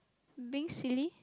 being silly